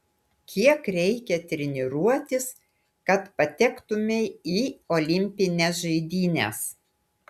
kiek reikia treniruotis kad patektumei į olimpines žaidynes